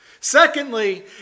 Secondly